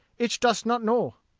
ich does not know.